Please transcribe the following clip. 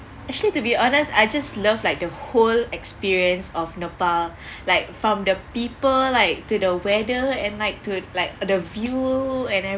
actually to be honest I just love like the whole experience of nepal like from the people like to the weather and like to like the view and